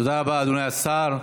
תודה רבה, אדוני השר.